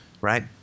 right